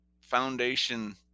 foundation